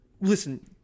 listen